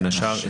בין השאר,